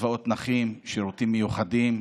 קצבאות נכים, שירותים מיוחדים,